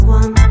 one